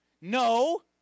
No